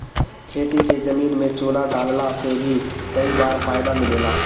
खेती के जमीन में चूना डालला से भी कई बार फायदा मिलेला